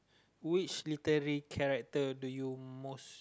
which literary character do you most